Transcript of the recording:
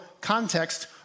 context